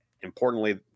importantly